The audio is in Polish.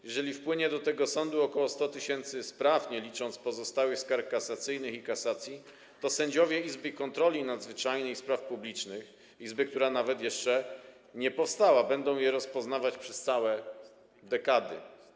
Jeżeli wpłynie do tego sądu ok. 100 tys. spraw, nie licząc pozostałych skarg kasacyjnych i kasacji, to sędziowie Izby Kontroli Nadzwyczajnej i Spraw Publicznych, izby, która nawet jeszcze nie powstała, będą je rozpoznawać przez całe dekady.